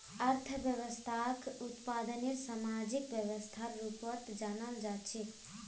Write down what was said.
अर्थव्यवस्थाक उत्पादनेर सामाजिक व्यवस्थार रूपत जानाल जा छेक